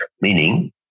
meaning